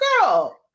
Girl